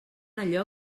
allò